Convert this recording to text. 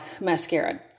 mascara